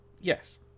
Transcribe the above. Yes